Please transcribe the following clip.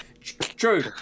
True